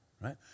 right